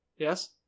Yes